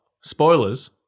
spoilers